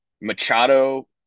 Machado